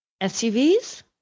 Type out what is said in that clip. SUVs